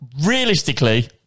realistically